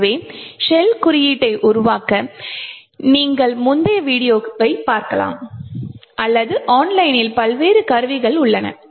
எனவே ஷெல் குறியீட்டை உருவாக்க நீங்கள் முந்தைய வீடியோவைப் பார்க்கலாம் அல்லது ஆன்லைனில் பல்வேறு கருவிகள் உள்ளன